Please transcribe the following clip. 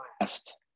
last